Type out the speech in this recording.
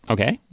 Okay